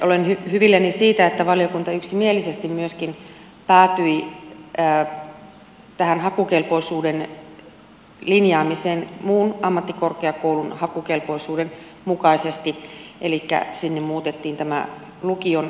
olen hyvilläni siitä että valiokunta yksimielisesti myöskin päätyi tähän hakukelpoisuuden linjaamiseen muun ammattikorkeakoulun hakukelpoisuuden mukaisesti elikkä sinne muutettiin tämä lukion oppimäärä